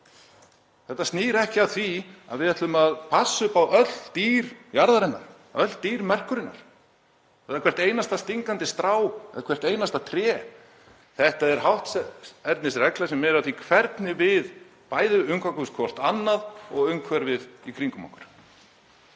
Þetta snýr ekki að því að við ætlum að passa upp á öll dýr jarðarinnar, öll dýr merkurinnar eða hvert einasta stingandi strá eða hvert einasta tré. Þetta er hátternisregla sem miðar að því hvernig við bæði umgöngumst hvert annað og umhverfið í kringum okkur.